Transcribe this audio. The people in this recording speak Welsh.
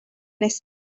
wnest